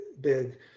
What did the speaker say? big